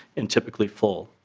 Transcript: and typically fall.